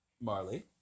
Marley